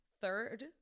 third